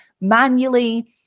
manually